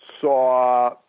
saw